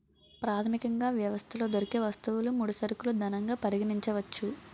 ప్రాథమికంగా వ్యవస్థలో దొరికే వస్తువులు ముడి సరుకులు ధనంగా పరిగణించవచ్చు